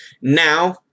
Now